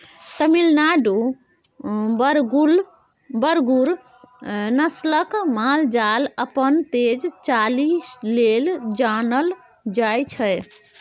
तमिलनाडुक बरगुर नस्लक माल जाल अपन तेज चालि लेल जानल जाइ छै